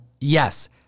yes